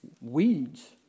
Weeds